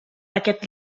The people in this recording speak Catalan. aquest